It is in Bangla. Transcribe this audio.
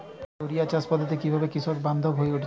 টোরিয়া চাষ পদ্ধতি কিভাবে কৃষকবান্ধব হয়ে উঠেছে?